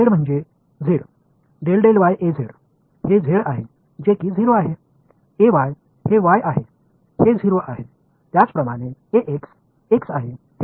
Az என்றால் z எனவே ∂Az ∂y என்பது z இது 0 ஆகும் Ay என்பது y இதுவும் 0 ஆகும் இதேபோல் Ax என்பது x ∂Ax∂z என்பது 0 ஆகும்